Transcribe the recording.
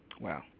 Wow